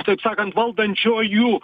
taip sakant valdančiuoju